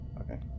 Okay